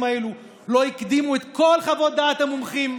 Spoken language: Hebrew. האלו לא הקדימו את כל חוות דעת המומחים.